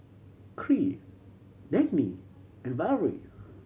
Kyree Dagny and Valery